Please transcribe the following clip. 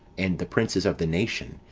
and the princes of the nation,